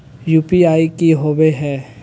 UPI की होवे है?